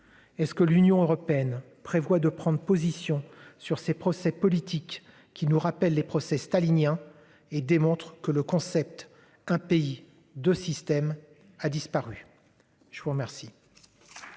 Est ce que l'Union européenne prévoit de prendre position. Sur ces procès politiques qui nous rappelle les procès staliniens et démontre que le concept qu'un pays 2 systèmes a disparu. Je vous remercie.